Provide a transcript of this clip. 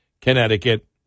Connecticut